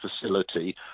facility